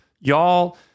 y'all